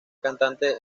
cantante